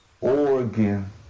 Oregon